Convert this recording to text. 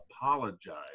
apologize